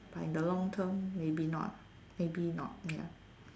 but in the long term maybe not maybe not can